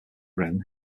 rhythm